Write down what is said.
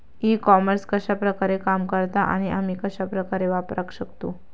E commerce कश्या प्रकारे काम करता आणि आमी कश्या प्रकारे वापराक शकतू?